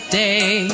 day